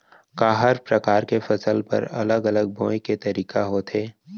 का हर प्रकार के फसल बर अलग अलग बोये के तरीका होथे?